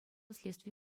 следстви